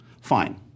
fine